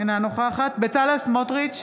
אינה נוכחת בצלאל סמוטריץ,